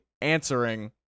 answering